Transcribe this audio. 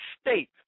state